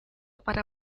para